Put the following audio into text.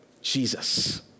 Jesus